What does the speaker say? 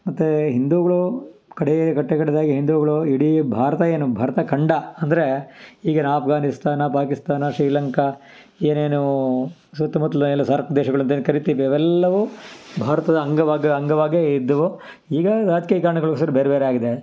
ಮತ್ತು ಹಿಂದೂಗಳು ಕಡೇ ಕಟ್ಟಕಡೆದಾಗಿ ಹಿಂದೂಗಳು ಇಡೀ ಭಾರತ ಏನು ಭರತಖಂಡ ಅಂದರೆ ಈಗಿನ ಆಫ್ಘಾನಿಸ್ತಾನ ಪಾಕಿಸ್ತಾನ ಶ್ರೀಲಂಕಾ ಏನೇನು ಸುತ್ತಮುತ್ಲ ಏನು ಸಾರ್ಕ್ ದೇಶಗಳು ಅಂತ ಕರಿತೀವಿ ಅವೆಲ್ಲವು ಭಾರತದ ಅಂಗ ಭಾಗ ಅಂಗವಾಗಿಯೇ ಇದ್ದವು ಈಗ ರಾಜಕೀಯ ಕಾರಣಗಳಿಗೋಸ್ಕರ ಬೇರೆ ಬೇರೆಯಾಗಿದೆ